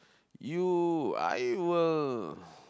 you I will